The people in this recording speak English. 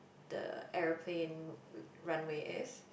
the aeroplane runway is